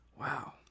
wow